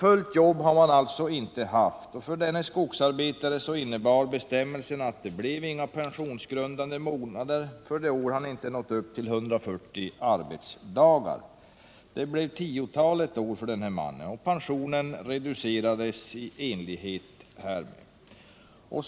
Fullt jobb har han alltså inte haft, och för denne skogsarbetare innebär bestämmelserna att det inte blir några pensionsgrundande månader för de år då han inte nådde upp till 140 arbetsdagar. Det blev ett tiotal år för den här mannen, och pensionen reducerades i enlighet härmed.